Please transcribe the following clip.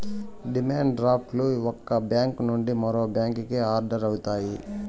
demand draft లు ఒక bank నుండి మరో బ్యాంకుకి ఆర్డర్ అవుతాయి